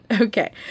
Okay